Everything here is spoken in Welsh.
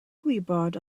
gwybod